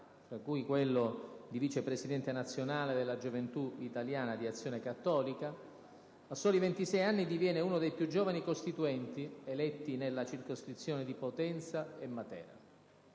fra cui quello di vice presidente nazionale della Gioventù italiana di Azione cattolica, a soli 26 anni diviene uno dei più giovani costituenti, eletto nella circoscrizione di Potenza e Matera.